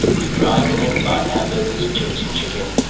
you drive in and buy hamburgers, chips and chicken,